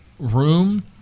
Room